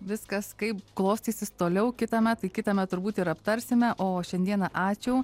viskas kaip klostysis toliau kitąmet tai kitąmet turbūt ir aptarsime o šiandieną ačiū